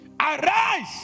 arise